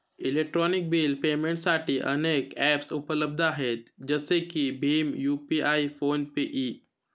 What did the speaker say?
electronic bill पेमेंटसाठी अनेक ॲप्सउपलब्ध आहेत जसे की भीम यू.पि.आय फोन पे इ